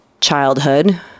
childhood